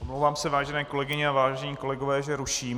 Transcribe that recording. Omlouvám se, vážené kolegyně a vážení kolegové, že ruším.